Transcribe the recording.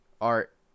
art